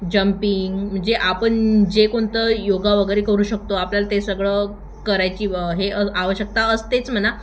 jumping म्हणजे आपण जे कोणतं योगा वगैरे करू शकतो आपल्याला ते सगळं करायची हे आवश्यकता असतेच म्हणा